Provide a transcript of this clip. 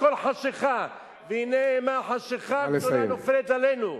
הכול חשכה, והנה אימה חשכה גדולה נופלת עלינו.